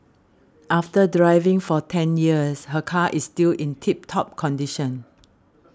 after driving for ten years her car is still in tip top condition